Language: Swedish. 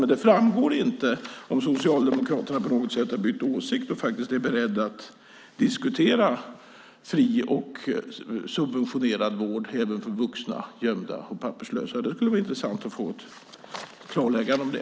Men det framgår inte om Socialdemokraterna på något sätt har bytt åsikt och faktiskt är beredda att diskutera fri och subventionerad vård även för vuxna gömda och papperslösa. Det skulle vara intressant att få ett klarläggande om det.